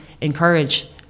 encourage